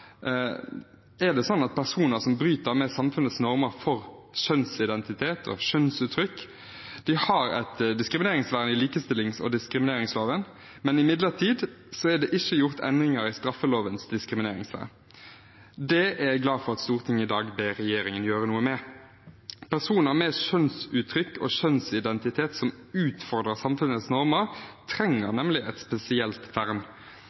personer som bryter med samfunnets normer for kjønnsidentitet og kjønnsuttrykk, et diskrimineringsvern i likestillings- og diskrimineringsloven, men det er likevel ikke gjort endringer i straffelovens diskrimineringsvern. Det er jeg glad for at Stortinget i dag ber regjeringen gjøre noe med. Personer med et kjønnsuttrykk og en kjønnsidentitet som utfordrer samfunnets normer, trenger